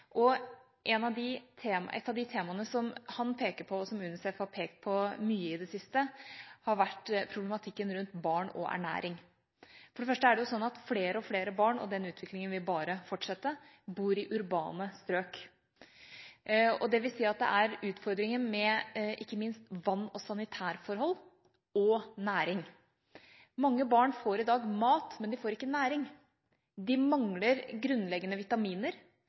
Et av de temaene som han peker på, og som UNICEF har pekt på mye i det siste, har vært problematikken rundt barn og ernæring. For det første er det slik at flere og flere barn – og den utviklingen vil bare fortsette – bor i urbane strøk. Det vil si at det er utfordringer med ikke minst vann- og sanitærforhold og næring. Mange barn får i dag mat, men de får ikke næring. De mangler grunnleggende vitaminer,